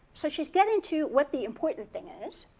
so she's getting to what the important thing is.